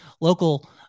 local